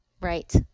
Right